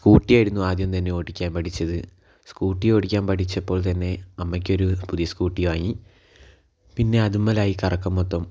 സ്കൂട്ടിയായിരുന്നു ആദ്യം തന്നെ ഓടിക്കാൻ പഠിച്ചത് സ്കൂട്ടി ഓടിക്കാൻ പഠിച്ചപ്പോൾ തന്നെ അമ്മക്കൊരു പുതിയൊരു സ്ക്കൂട്ടി വാങ്ങി പിന്നെ അതിൻ മേലായി കറക്കം മൊത്തം